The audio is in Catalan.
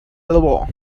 debò